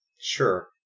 sure